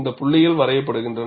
இந்த புள்ளிகள் வரையப்படுகின்றன